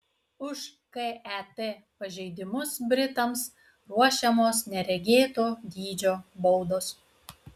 už ket pažeidimus britams ruošiamos neregėto dydžio baudos